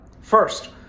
First